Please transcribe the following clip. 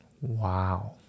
Wow